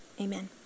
amen